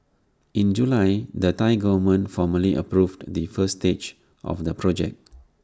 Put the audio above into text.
in July the Thai Government formally approved the first stage of the project